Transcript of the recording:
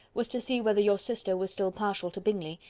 was to see whether your sister were still partial to bingley,